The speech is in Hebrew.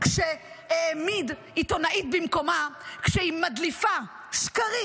כשהעמיד עיתונאית במקומה כשהיא מדליפה שקרים